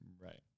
Right